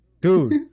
dude